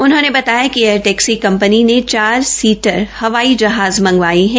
उन्होंने बताया कि एयर टैक्सी कम् नी ने चार सीटर हवाई जहाज मंगावायें हैं